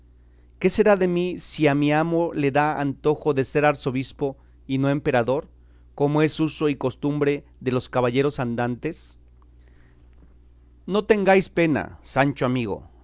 qué será de mí si a mi amo le da antojo de ser arzobispo y no emperador como es uso y costumbre de los caballeros andantes no tengáis pena sancho amigo